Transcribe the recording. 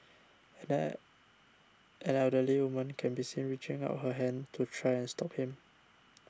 an el elderly woman can be seen reaching out her hand to try and stop him